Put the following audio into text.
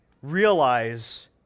realize